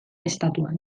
estatuan